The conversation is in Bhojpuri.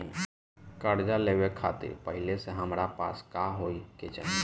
कर्जा लेवे खातिर पहिले से हमरा पास का होए के चाही?